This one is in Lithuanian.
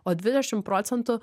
o dvidešimt procentų